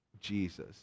jesus